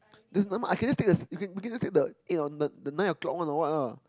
this nevermind I can just take the we can just take the eight or the the nine o-clock one or what ah